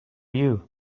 you